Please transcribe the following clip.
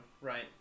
right